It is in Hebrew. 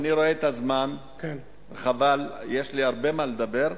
אני רואה את הזמן וחבל, יש לי הרבה מה לומר.